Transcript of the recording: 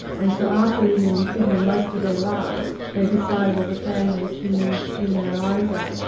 and so after living in sydney most of their lives, they decided as a family to move to mount isa.